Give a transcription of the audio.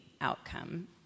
outcome